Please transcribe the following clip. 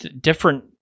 different